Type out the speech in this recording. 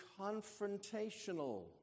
confrontational